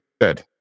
good